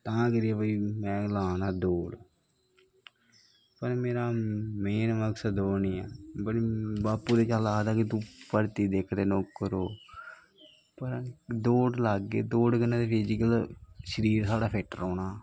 तां करियै में ला ना दौड़ पर मेरा मेन मकसद ओह् नी ऐ बापू एह् गल्ल आखदी कि तूमं भर्थी दिक्ख ते नौकर हो पर दौड़ लाह्गे दौड़ कन्नै फिजिकल शरीर साढ़ा फिट्ट रौह्नां